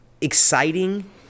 exciting